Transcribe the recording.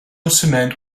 cement